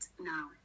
now